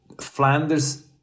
Flanders